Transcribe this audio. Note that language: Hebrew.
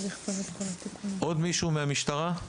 עוד מישהו מהמשטרה?